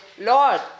Lord